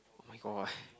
my god eh